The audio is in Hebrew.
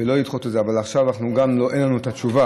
ולא לדחות את זה, אבל עכשיו אין לנו את התשובה.